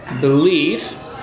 belief